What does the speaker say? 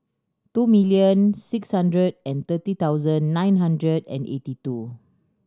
two million six hundred and thirty thousand nine hundred and eighty two